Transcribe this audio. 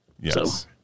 Yes